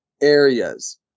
areas